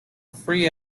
free